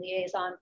liaison